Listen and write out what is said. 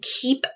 keep